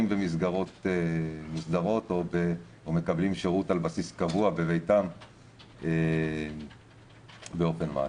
במסגרות מוסדרות או מקבלים שירות על בסיס קבוע בביתם באופן מעשי.